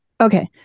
Okay